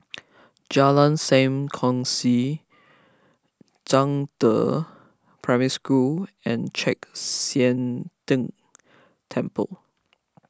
Jalan Sam Kongsi Zhangde Primary School and Chek Sian Tng Temple